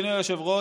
אדוני היושב-ראש,